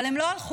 אבל הם לא הלכו.